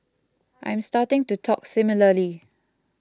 I am starting to talk similarly